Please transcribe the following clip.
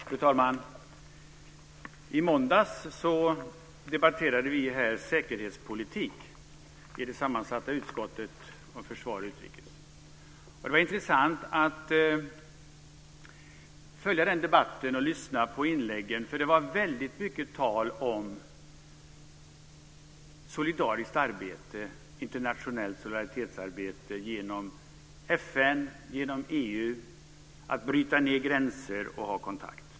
Fru talman! I måndags debatterade vi i det sammansatta utskottet - försvarsutskottet och utrikesutskottet - säkerhetspolitik. Det var intressant att följa den debatten. Det var väldigt mycket tal om internationellt solidaritetsarbete genom FN och genom EU, om att bryta ned gränser och ha kontakt.